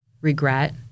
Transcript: regret